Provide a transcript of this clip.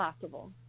possible